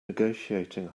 negotiating